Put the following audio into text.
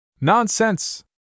Nonsense